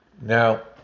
Now